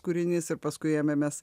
kūrinys ir paskui jame mes